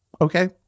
Okay